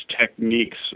techniques